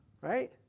right